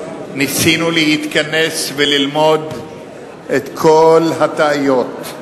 ניסינו להתכנס וללמוד את כל הטעויות,